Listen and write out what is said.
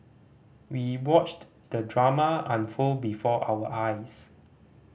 we watched the drama unfold before our eyes